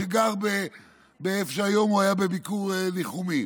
שגר איפה שהיום הוא היה בביקור ניחומים,